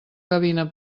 gavina